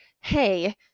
hey